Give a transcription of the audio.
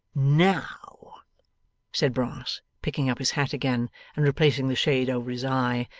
now said brass, picking up his hat again and replacing the shade over his eye,